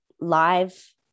live